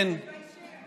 מסתכלים עליכם ומתביישים.